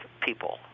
people